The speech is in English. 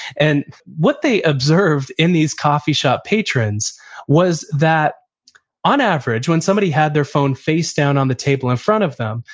and what they observed in these coffee shop patrons was that on average when somebody had their phone face down on the table in front of them,